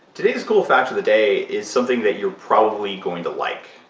today's cool fact of the day is something that you're probably going to like,